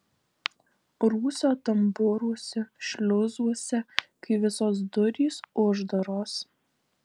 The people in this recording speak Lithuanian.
rūsio tambūruose šliuzuose kai visos durys uždaros